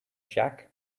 jack